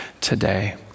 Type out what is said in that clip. today